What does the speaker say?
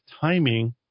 timing